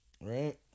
right